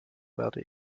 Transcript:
werde